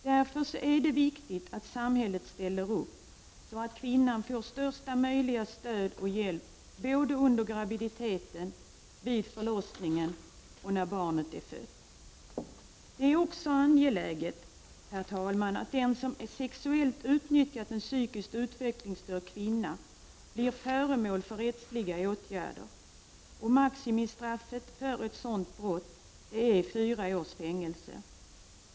Det är därför viktigt att samhället ställer upp, så att kvinnan får största möjliga stöd och hjälp under graviditeten, vid förlossningen och när barnet är fött. Herr talman! Det är också angeläget att den som sexuellt utnyttjat en psykiskt utvecklingsstörd kvinna blir föremål för rättsliga åtgärder. Maximistraffet för ett sådant brott är fyra års fängelse.